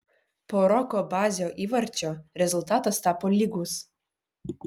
po roko bazio įvarčio rezultatas tapo lygus